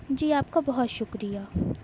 جی آپ کا بہت شکریہ